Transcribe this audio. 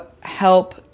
help